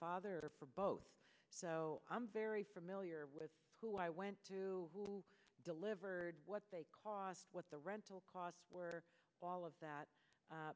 father for both so i'm very familiar with who i went to who delivered what they cost what the rental costs were all of that